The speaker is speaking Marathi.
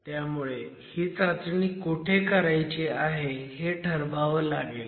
त्यामुळे ही चाचणी कुठे करायची आहे हे ठरवावं लागेल